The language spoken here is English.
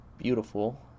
beautiful